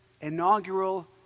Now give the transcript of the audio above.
inaugural